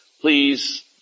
Please